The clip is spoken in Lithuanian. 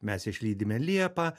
mes išlydime liepą